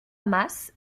masse